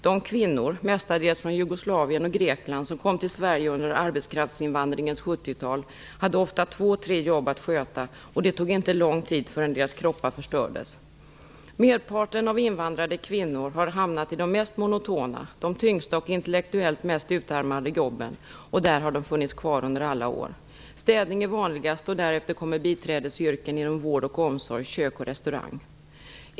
De kvinnor - mestadels från Jugoslavien och Grekland - som kom till Sverige under arbetskraftsinvandringens 70-tal hade ofta två tre jobb att sköta och det tog inte lång tid förrän deras kroppar förstördes. Merparten av invandrade kvinnor har hamnat i de mest monotona, de tyngsta och intellektuellt mest utarmande jobben, och där har de funnits kvar under alla år. Städning är vanligast. Därefter kommer biträdesyrken inom vård och omsorg, kök och restaurang.